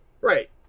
Right